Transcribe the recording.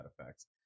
effects